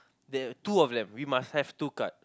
there two of them we must have two card